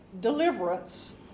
deliverance